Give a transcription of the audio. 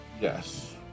Yes